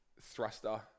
thruster